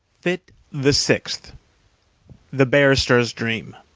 fit the sixth the barrister's dream